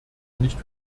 nicht